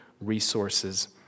resources